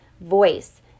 voice